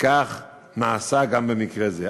וכך נעשה גם במקרה זה.